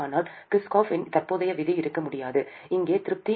ஆனால் Kirchhoff இன் தற்போதைய விதி இருக்க முடியாது இங்கே திருப்தி